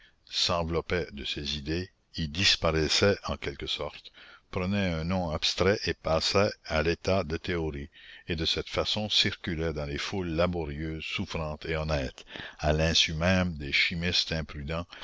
s'enveloppaient de ces idées y disparaissaient en quelque sorte prenaient un nom abstrait et passaient à l'état de théorie et de cette façon circulaient dans les foules laborieuses souffrantes et honnêtes à l'insu même des chimistes imprudents